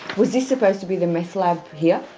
was this supposed to be the meth lab here?